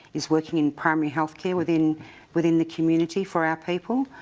is working in primary healthcare within within the community for our people,